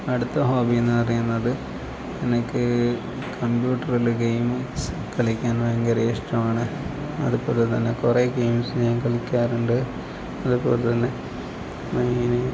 അടുത്ത ഹോബി എന്ന് പറയുന്നത് എനിക്ക് കംപ്യൂട്ടറിൽ ഗെയിം കളിക്കാൻ ഭയങ്കര ഇഷ്ടമാണ് അതുപോലെ തന്നെ കുറേ ഗെയിംസ് ഞാൻ കളിക്കാറുണ്ട് അതുപോലെ തന്നെ മെയിൻ